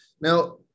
Now